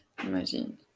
Imagine